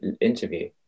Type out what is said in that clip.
interview